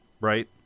right